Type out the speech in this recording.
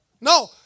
No